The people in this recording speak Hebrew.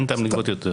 אין טעם לגבות יותר.